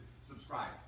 subscribe